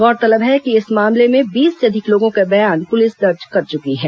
गौरतलब है कि इस मामले में बीस से अधिक लोगों के बयान पुलिस दर्ज कर चुकी है